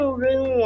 room